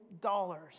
dollars